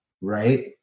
right